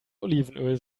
olivenöl